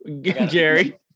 Jerry